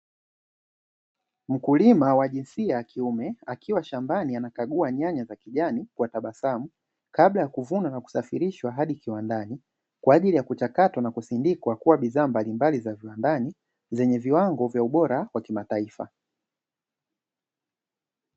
Mkulima wa jinsia ya kiume akiwa shambani anakaguwa nyanya za kijani kwa tabasamu, kabla ya kuvuna na kusafirishwa hadi kiwandani, kwa ajili ya kuchakatwa na kusindikwa kuwa bidhaa mbalimbali za viwandani zenye viwango vya ubora wa kimataifa.